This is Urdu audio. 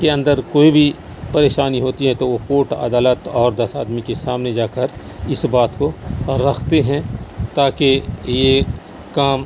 کے اندر کوئی بھی پریشانی ہوتی ہے تو وہ کوٹ عدالت اور دس آدمی کے سامنے جا کر اس بات کو رکھتے ہیں تاکہ یہ کام